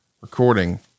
recording